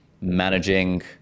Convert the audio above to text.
managing